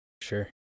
Sure